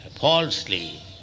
falsely